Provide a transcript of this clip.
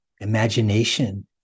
imagination